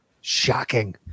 shocking